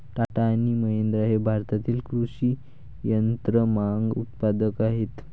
टाटा आणि महिंद्रा हे भारतातील कृषी यंत्रमाग उत्पादक आहेत